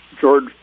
George